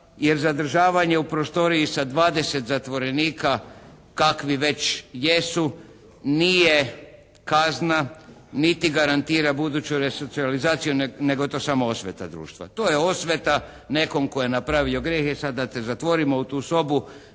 jer zadržavanje u prostoriji sa 20 zatvorenika kakvi već jesu nije kazna niti garantira buduću resocijalizaciju nego je to samo osveta društva. To je osveta nekom tko je napravio grijeh. E sad da te zatvorimo u tu sobu